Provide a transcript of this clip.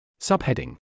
Subheading